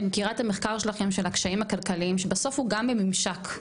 כן כי המחקר שלכם של קשיים כלכליים בסוף הוא גם עם ממשק,